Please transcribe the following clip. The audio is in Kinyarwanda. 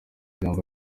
ijambo